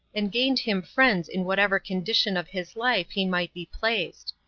and gained him friends in whatever condition of his life he might be placed.